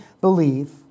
believe